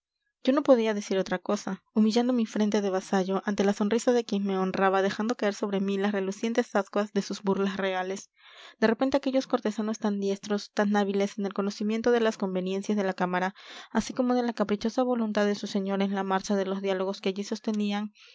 yo no podía decir otra cosa humillando mi frente de vasallo ante la sonrisa de quien me honraba dejando caer sobre mí las relucientes ascuas de sus burlas reales de repente aquellos cortesanos tan diestros tan hábiles en el conocimiento de las conveniencias de la cámara así como de la caprichosa voluntad de su señor en la marcha de los diálogos que allí se sostenían